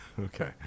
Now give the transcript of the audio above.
Okay